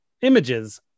images